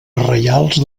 reials